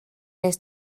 nes